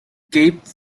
cape